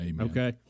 Okay